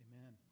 Amen